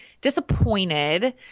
disappointed